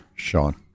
Sean